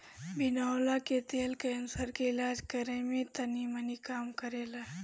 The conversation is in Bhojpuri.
बिनौला के तेल कैंसर के इलाज करे में तनीमनी काम करेला